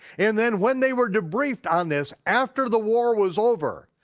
and then when they were debriefed on this after the war was over,